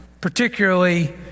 particularly